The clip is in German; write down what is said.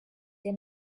der